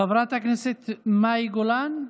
חברת הכנסת מאי גולן,